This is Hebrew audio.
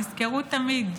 תזכרו תמיד,